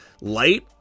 light